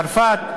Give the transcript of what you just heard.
צרפת,